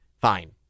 Fine